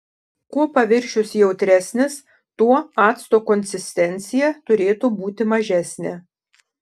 kuo paviršius jautresnis tuo acto konsistencija turėtų būti mažesnė